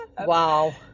Wow